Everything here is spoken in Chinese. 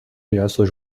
元素